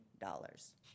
dollars